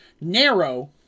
narrow